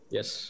Yes